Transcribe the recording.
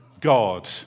God